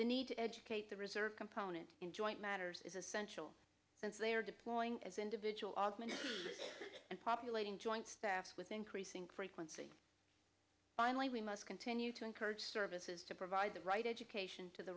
the need to educate the reserve component in joint matters is essential since they are deploying as individual augmented and populating joint staff with increasing frequency finally we must continue to encourage services to provide the right education to the